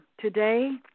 today